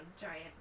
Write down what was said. giant